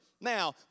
now